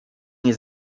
nie